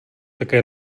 také